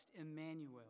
Emmanuel